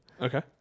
Okay